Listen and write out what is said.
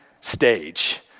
stage